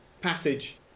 passage